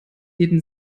jeden